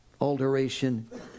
alteration